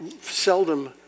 seldom